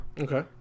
Okay